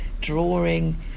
drawing